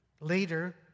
Later